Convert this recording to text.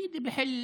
שאתם עושים,